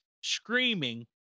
screaming